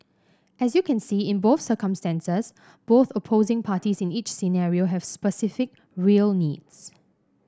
as you can see in both circumstances both opposing parties in each scenario have specific real needs